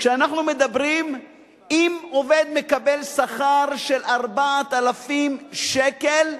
כשאנחנו מדברים על כך שאם עובד מקבל שכר של 4,000 שקל,